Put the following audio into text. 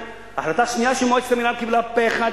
ההחלטה השנייה שמועצת המינהל קיבלה פה אחד,